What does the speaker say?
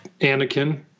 Anakin